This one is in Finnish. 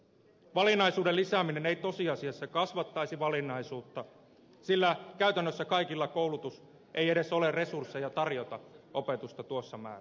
valinnaisuuden lisääminen ei tosiasiassa kasvattaisi valinnaisuutta sillä käytännössä kaikilla kouluilla ei edes ole resursseja tarjota opetusta tuossa määrin